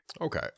Okay